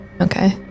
Okay